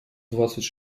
двадцать